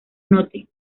note